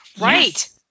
Right